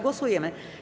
Głosujemy.